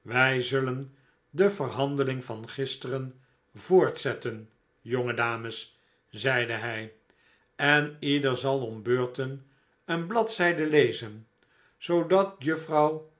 wij zullen de verhandeling van gisteren voortzetten jonge dames zeide hij en ieder zal om beurten een bladzijde lezen zoodat juffrouw